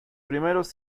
primeros